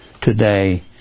today